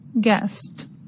guest